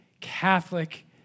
Catholic